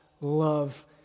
love